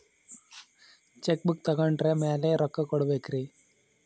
Check book ತೊಗೊಂಡ್ರ ಮ್ಯಾಲೆ ರೊಕ್ಕ ಕೊಡಬೇಕರಿ?